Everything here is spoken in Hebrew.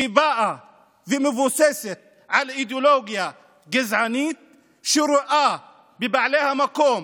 שבאה ומבוססת על אידיאולוגיה גזענית שרואה בבעלי המקום,